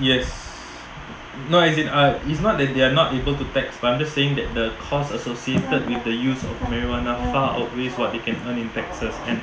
yes no as in I it's not that they are not able to tax but I'm just saying that the costs associated with the use of marijuana far outweighs what they can earn in taxes and